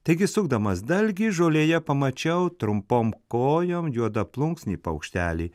taigi sukdamas dalgį žolėje pamačiau trumpom kojom juodaplunksnį paukštelį